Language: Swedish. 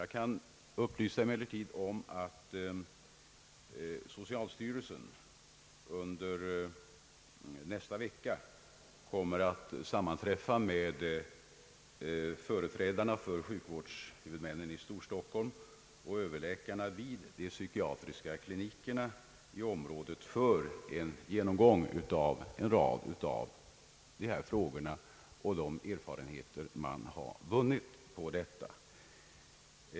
Jag kan emellertid upplysa om att socialstyrelsen under nästa vecka kommer att sammanträffa med företrädarna för sjukvårdshuvudmännen i Storstockholm och överläkarna vid de psykiatriska klinikerna i området för genomgång av några av dessa frågor och de erfarenheter man vunnit härav.